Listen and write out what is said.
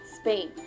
Spain